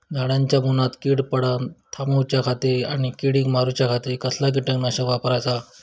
झाडांच्या मूनात कीड पडाप थामाउच्या खाती आणि किडीक मारूच्याखाती कसला किटकनाशक वापराचा?